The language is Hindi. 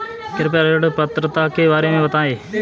कृपया ऋण पात्रता के बारे में बताएँ?